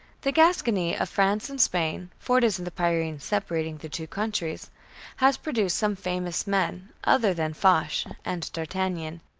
the gascony of france and spain for it is in the pyrenees separating the two countries has produced some famous men, other than foch and d'artagnan.